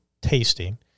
tasting